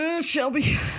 Shelby